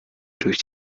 durch